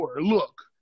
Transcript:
Look